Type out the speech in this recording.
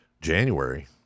January